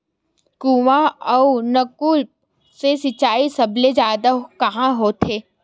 कुआं अउ नलकूप से सिंचाई सबले जादा कहां होथे?